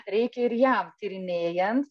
reikia ir jam tyrinėjan